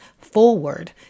forward